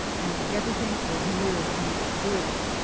and everything was mirrored in it clearly.